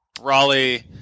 Raleigh